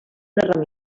una